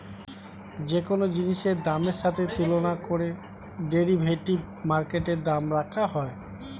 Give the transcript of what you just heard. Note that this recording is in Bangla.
যে কোন জিনিসের দামের সাথে তুলনা করে ডেরিভেটিভ মার্কেটে দাম রাখা হয়